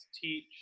teach